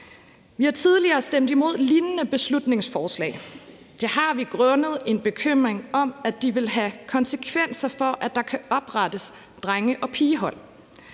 Vi har tidligere stemt imod lignende beslutningsforslag. Det har vi grundet en bekymring om, at de ville have konsekvenser for, at der kan oprettes drenge- og pigehold.